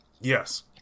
Yes